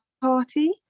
party